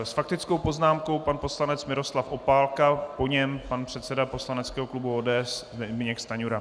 S faktickou poznámkou pan poslanec Miroslav Opálka, po něm pan předseda poslaneckého klubu ODS Zbyněk Stanjura.